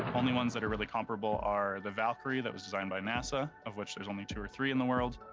only ones that are really comparable are the valkyrie that was designed by nasa, of which there's only two or three in the world.